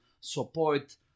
support